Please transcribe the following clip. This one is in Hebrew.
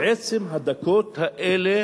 בעצם הדקות האלה